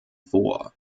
vor